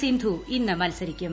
സിന്ധു ഇന്ന് മത്സ്തിക്കും